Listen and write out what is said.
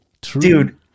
Dude